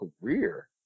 career